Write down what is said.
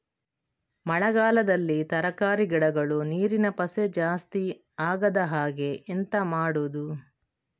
ಮಳೆಗಾಲದಲ್ಲಿ ತರಕಾರಿ ಗಿಡಗಳು ನೀರಿನ ಪಸೆ ಜಾಸ್ತಿ ಆಗದಹಾಗೆ ಎಂತ ಮಾಡುದು?